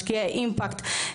משקיעי אימפקט,